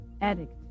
addict